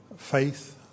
Faith